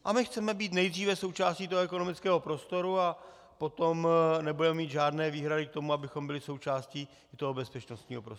A my chceme být nejdříve součástí toho ekonomického prostoru a potom nebudeme mít žádné výhrady k tomu, abychom byli součástí i toho bezpečnostního prostoru.